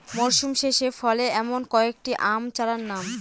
মরশুম শেষে ফলে এমন কয়েক টি আম চারার নাম?